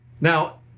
Now